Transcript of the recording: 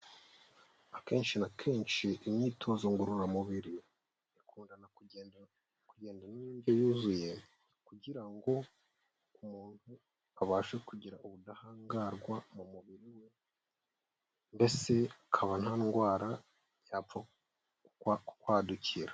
Akenshi na kenshi imyitozo ngororamubiri ikundarana kugendana n'indyo yuzuye kugira ngo umuntu abashe kugira ubudahangarwa mu mubiri we mbese akaba nta ndwara yapfa kukwadukira.